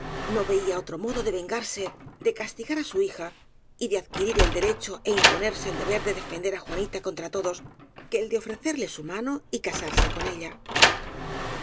no veía otro modo de vengarse de castigar á su hija y de adquirir el dere cho é imponerse el deber de defender á juanita contra todos que el de ofrecerle su mano y casar se con ella